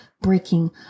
breaking